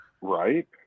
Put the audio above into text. Right